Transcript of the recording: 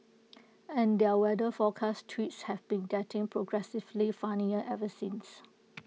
and their weather forecast tweets have been getting progressively funnier ever since